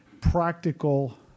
practical